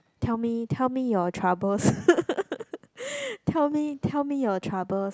tell me tell me your troubles tell me tell me your troubles